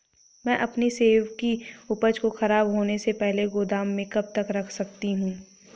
मैं अपनी सेब की उपज को ख़राब होने से पहले गोदाम में कब तक रख सकती हूँ?